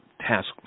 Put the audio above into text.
task